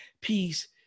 peace